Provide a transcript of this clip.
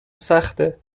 سخته